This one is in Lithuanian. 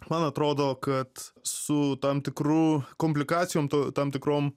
man atrodo kad su tam tikru komplikacijom to tam tikrom